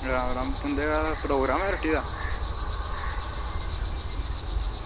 राम राम तुंदे प्रगोम ऐ रुट्टी दा